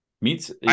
meets